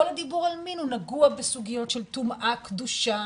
כל הדיבור על מין נגוע בסוגיות של טומאה, קדושה.